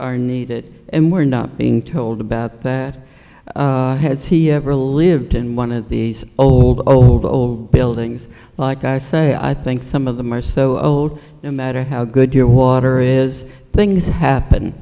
are needed and we're being told about that has he ever lived in one of these old old old buildings like i say i think some of them are so old no matter how good your water is things happen